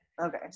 okay